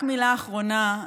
תמר זנדברג (מרצ): רק מילה אחרונה,